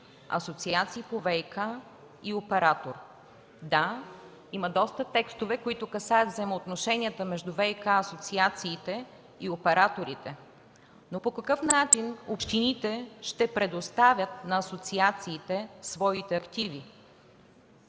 асоциации по ВиК и оператор. Да, има доста тестове, които касаят взаимоотношенията между ВиК асоциациите и операторите. Но по какъв начин общините ще предоставят на асоциациите своите активи?